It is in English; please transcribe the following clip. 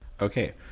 Okay